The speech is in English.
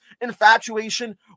infatuation